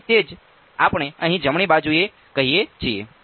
તેથી તે જ આપણે અહીં જમણી બાજુએ કહીએ છીએ